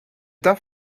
that